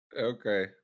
Okay